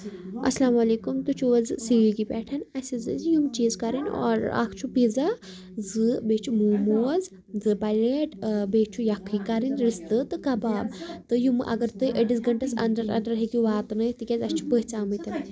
اَسلام علیکُم تُہۍ چھُو حظ سِوِگی پٮ۪ٹھ اَسہِ حظ ٲسۍ یِم چیٖز کَرٕنۍ آرڈر اکھ چھُ پیٖزا زٕ بیٚیہِ چھِ موموز زٕ پَلیٹ بیٚیہِ چھُ یَکھٕنۍ کَرٕنۍ رِستہٕ تہٕ کَباب تہٕ یِم اَگر تُہۍ أڑِس گَھَنٛٹَس اَنٛڈَر اَنٛڈَر ہیٚکِو واتٲیِتھ تِکیٛازِ اَسہِ چھِ پٔژھۍ آمٕتۍ